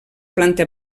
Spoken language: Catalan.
planta